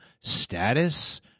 status